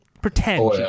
pretend